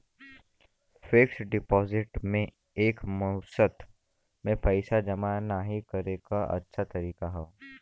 fixed deposit में एक मुश्त में पइसा जमा नाहीं करे क अच्छा तरीका हौ